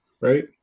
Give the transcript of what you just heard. right